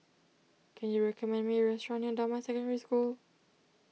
can you recommend me a restaurant near Damai Secondary School